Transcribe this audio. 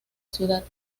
ciudad